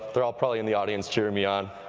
they're ah probably in the audience cheering me on.